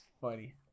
funny